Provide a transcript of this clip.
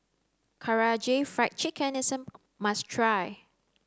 Karaage Fried Chicken is a must try